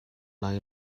lai